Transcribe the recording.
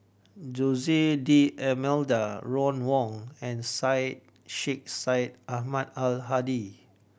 Jose D'Almeida Ron Wong and Syed Sheikh Syed Ahmad Al Hadi